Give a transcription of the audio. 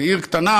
בעיר קטנה,